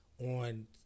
on